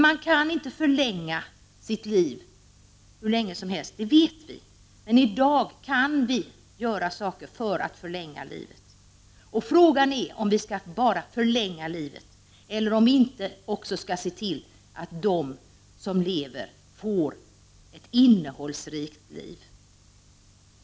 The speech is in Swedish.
Man kan inte förlänga sitt liv hur mycket som helst, det vet vi. Men i dag kan vi göra saker för att förlänga livet. Frågan är om vi bara skall förlänga livet eller om vi inte också skall se till att de som lever får ett innehållsrikt liv.